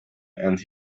and